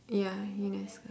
ya UNESCO